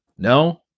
No